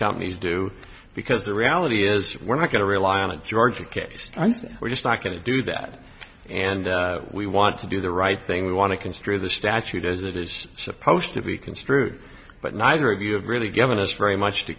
companies do because the reality is we're not going to rely on a ga case and we're just not going to do that and we want to do the right thing we want to construe the statute as it is supposed to be construed but neither of you have really given us very much to